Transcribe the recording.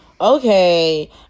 okay